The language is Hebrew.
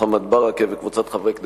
מוחמד ברכה וקבוצת חברי הכנסת,